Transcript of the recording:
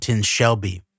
Shelby